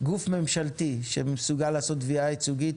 גוף ממשלתי שמסוגל לעשות תביעה ייצוגית